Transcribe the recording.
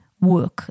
work